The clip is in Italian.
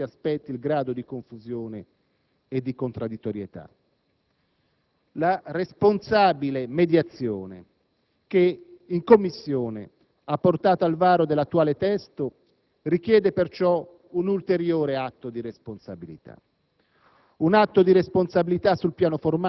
rischiando anzi di aumentarne, sotto certi aspetti, il grado di confusione e di contraddittorietà. La responsabile mediazione che in Commissione ha portato al varo dell'attuale testo richiede perciò un ulteriore atto di responsabilità: